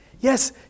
Yes